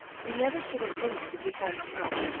we never should have finished if you hadn't helped!